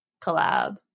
Collab